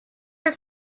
have